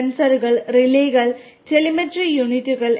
സെൻസറുകൾ റിലേകൾ